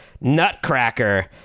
Nutcracker